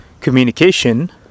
communication